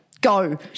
Go